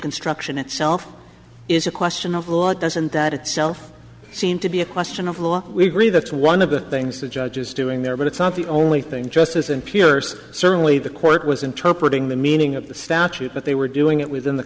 construction itself is a question of law doesn't that itself seem to be a question of law we agree that's one of the things the judge is doing there but it's not the only thing justice in pierce certainly the court was interpreted in the meaning of the statute but they were doing it within the